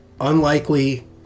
unlikely